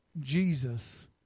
Jesus